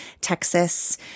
Texas